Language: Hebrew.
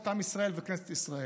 את עם ישראל ואת כנסת ישראל.